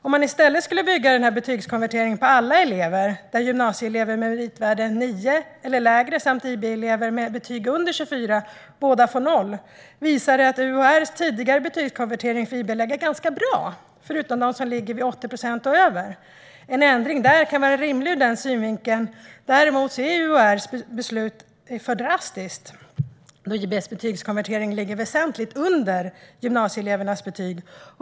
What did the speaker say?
Om man i stället bygger denna betygskonvertering på alla elever, där gymnasieelever med meritvärde 9 eller lägre och IB-elever med betyg under 24 båda får noll, visar det att UHR:s tidigare betygskonvertering för IB-elever legat ganska bra, förutom för dem som ligger på 80 procent och över. En ändring där kan vara rimlig ur den synvinkeln. Däremot är UHR:s beslut för drastiskt, då IB:s betygskonvertering ligger väsentligt under gymnasieelevernas betyg.